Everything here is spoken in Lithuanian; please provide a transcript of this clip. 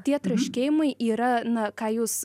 tie traškėjimai yra na ką jūs